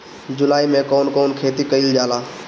जुलाई मे कउन कउन खेती कईल जाला?